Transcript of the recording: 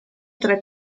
tre